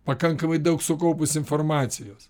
pakankamai daug sukaupus informacijos